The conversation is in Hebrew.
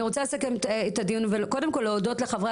אני רוצה לסכם את הדיון וקודם כל להודות לחברי